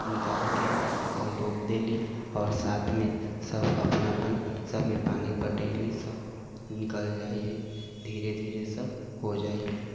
निकाल के अपन रोप देली आओर साथमे सब अपन अपन सबमे पानि पटेली सब निकल जाइ हय धीरे धीरे सब हो जाइ हय